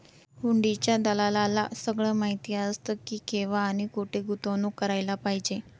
हुंडीच्या दलालाला सगळं माहीत असतं की, केव्हा आणि कुठे गुंतवणूक करायला पाहिजे